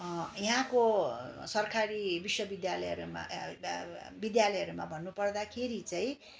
यहाँको सरकारी विश्वविद्यालयहरूमा विद्यालयहरूमा भन्नुपर्दाखेरि चाहिँ